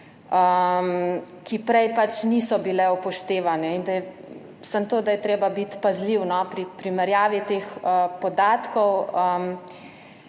ki prej pač niso bile upoštevane. Samo to, da je treba biti pazljiv pri primerjavi teh podatkov.